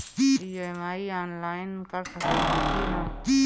EMI online कर सकेनी की ना?